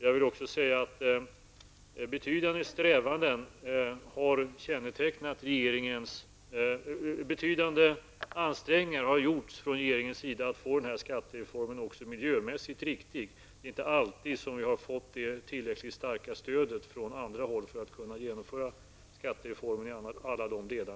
Jag vill vidare säga att betydande ansträngningar har gjorts från regeringen att få skattereformen också miljömässigt riktig. Det är inte alltid som vi har fått tillräckligt starkt stöd från andra för att kunna genomföra skattereformen i alla dessa delar.